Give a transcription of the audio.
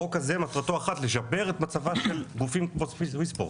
החוק הזה מטרתו אחת: לשפר את מצבם של גופים כמו סוויספורט.